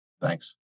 Thanks